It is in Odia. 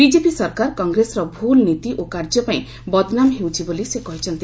ବିଜେପି ସରକାର କଂଗ୍ରେସର ଭୁଲ୍ ନୀତି ଓ କାର୍ଯ୍ୟପାଇଁ ବଦନାମ ହେଉଛି ବୋଲି ସେ କହିଛନ୍ତି